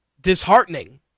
disheartening